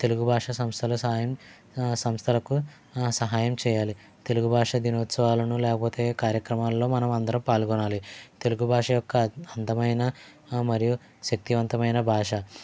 తెలుగు భాష సంస్థల సాయం ఆ సంస్థలకు సహాయం చేయాలి తెలుగు భాషా దినోత్సవాలను లేకపోతే కార్యక్రమాలల్లో మన మందరం పాల్గొనాలి తెలుగు భాష ఒక అందమైన మరియు శక్తివంతమైన భాష